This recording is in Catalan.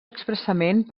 expressament